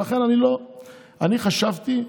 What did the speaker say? אני חשבתי,